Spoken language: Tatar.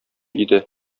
иде